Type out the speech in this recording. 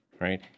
right